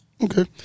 Okay